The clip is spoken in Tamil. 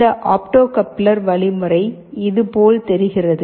இந்த ஆப்டோ கப்ளர் வழிமுறை இதுபோல் தெரிகிறது